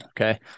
Okay